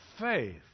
faith